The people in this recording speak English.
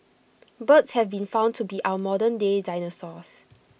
birds have been found to be our modernday dinosaurs